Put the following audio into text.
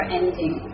ending